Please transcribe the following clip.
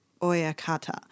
Oyakata